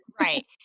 Right